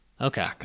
Okay